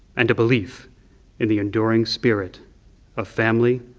and to believe in the enduring spirit of family,